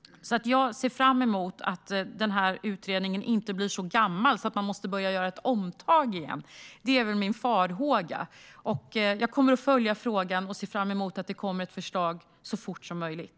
Jag ser fram emot att utredningen inte blir så gammal att man måste göra ett omtag. Det är min farhåga. Jag kommer att följa frågan och ser fram emot att ett förslag kommer så fort som möjligt.